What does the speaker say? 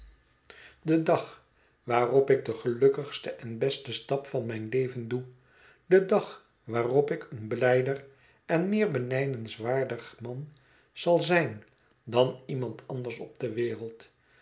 de dag waarop ik den gelukkigsten en besten stap van mijn leven doe de dag waarop ik een wijder en meer benijdenswaardig man zal zijn dan iemand anders op de wereld